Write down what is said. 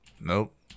Nope